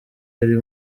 ari